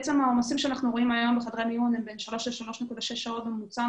העומסים שאנחנו רואים היום בחדרי המיון הם בין 3.6 שעות בממוצע,